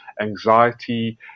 anxiety